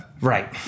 Right